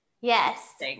yes